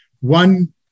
One